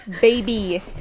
baby